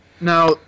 Now